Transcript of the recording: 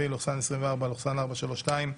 פ/432/24,